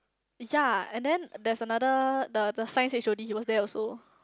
ya and then there's another the the science H_O_D he was there also